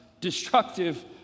destructive